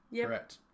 Correct